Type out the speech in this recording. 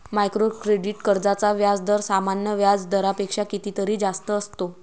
micro credit कर्जांचा व्याजदर सामान्य व्याज दरापेक्षा कितीतरी जास्त असतो